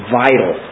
vital